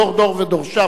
דור דור ודורשיו,